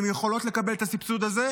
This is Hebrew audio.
הן יכולות לקבל את הסבסוד הזה,